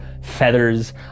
feathers